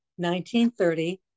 1930